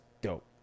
dope